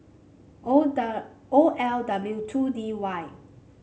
O L W two D Y